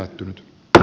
äidin tyttö